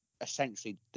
essentially